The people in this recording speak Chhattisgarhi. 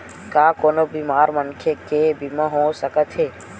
का कोनो बीमार मनखे के बीमा हो सकत हे?